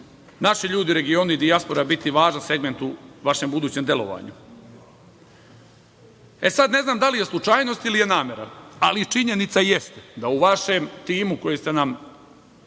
naši ljudi u regionu i dijaspori biti važan segment u vašem budućem delovanju. Sad, ne znam da li je slučajnost ili namera, ali činjenica jeste da u vašem timu koji ste nam